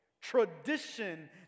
Tradition